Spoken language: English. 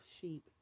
sheep